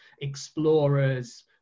explorers